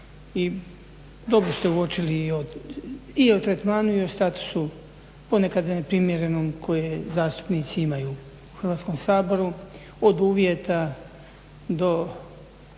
dobro ste uočili i o, i o tretmanu i o statusu, ponekad neprimjerenom koje zastupnici imaju u Hrvatskom saboru od uvjeta do